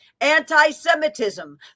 anti-Semitism